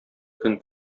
көн